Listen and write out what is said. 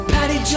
Patty